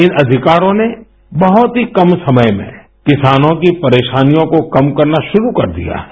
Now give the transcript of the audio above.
इन अधिकारों ने बहुत ही कम समय में किसानों की परेशानियों को कम करना शुरू कर दिया है